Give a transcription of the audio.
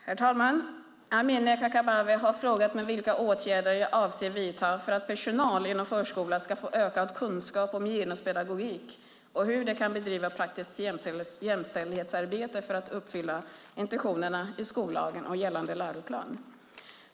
Herr talman! Amineh Kakabaveh har frågat mig vilka åtgärder jag avser att vidta för att personal inom förskolan ska få ökad kunskap om genuspedagogik och hur de kan bedriva praktiskt jämställdhetsarbete för att uppfylla intentionerna i skollagen och gällande läroplan.